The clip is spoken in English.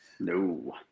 No